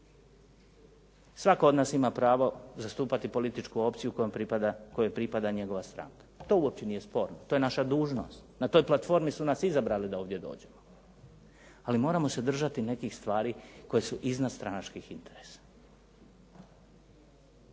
Svatko od nas ima pravo zastupati političku opciju kojoj pripada njegova stranka, to uopće nije sporno, to je naša dužnost, na toj platformi su nas izabrali da ovdje dođemo. Ali moramo se držati neke stvari koje su iznad stranačkih interesa